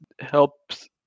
helps